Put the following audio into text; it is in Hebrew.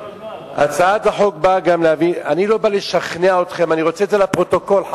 אני לא בא לשכנע אתכם, אני רוצה את זה לפרוטוקול.